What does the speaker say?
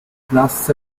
classe